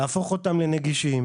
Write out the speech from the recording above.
להפוך אותם לנגישים,